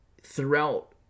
throughout